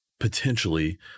Potentially